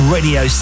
Radio